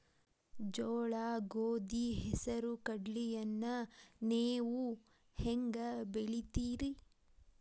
ಜೋಳ, ಗೋಧಿ, ಹೆಸರು, ಕಡ್ಲಿಯನ್ನ ನೇವು ಹೆಂಗ್ ಬೆಳಿತಿರಿ?